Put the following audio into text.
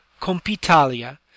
compitalia